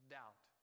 doubt